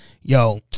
yo